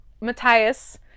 Matthias